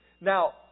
Now